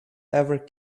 ever